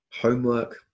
homework